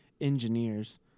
engineers